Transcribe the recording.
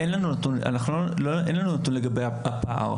אין לנו נתון לגבי הפער.